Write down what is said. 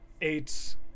Eight